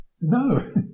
no